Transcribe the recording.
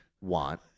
want